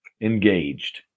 engaged